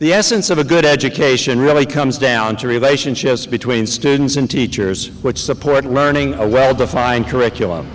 the essence of a good education really comes down to relationships between students and teachers which support learning a well defined curriculum